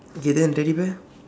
okay then the teddy bear